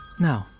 No